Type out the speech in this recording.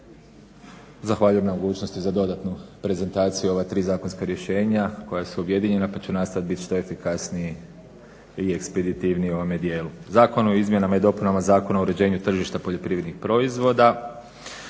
Zahvaljujem na mogućnosti za dodatnu prezentaciju ova tri zakonska rješenja koja su objedinjena pa ću nastojati biti što efikasniji i ekspeditivniji u ovome dijelu. Zakon o izmjenama i dopunama Zakona o uređenju tržišta poljoprivrednih proizvoda